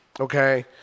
okay